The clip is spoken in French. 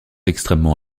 extrêmement